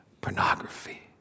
Pornography